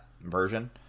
version